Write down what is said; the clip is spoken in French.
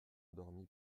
endormi